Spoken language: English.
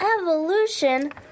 Evolution